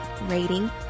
rating